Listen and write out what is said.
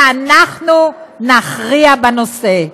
ואנחנו נכריע בנושא.